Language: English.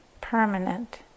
permanent